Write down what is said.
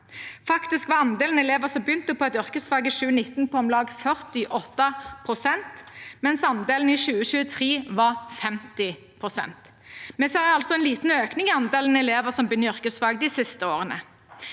andelen elever som begynte på yrkesfag i 2019, på om lag 48 pst., mens andelen i 2023 var 50 pst. Vi ser altså en liten økning i andelen elever som begynner på yrkesfag de siste årene.